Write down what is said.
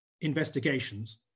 investigations